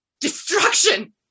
Destruction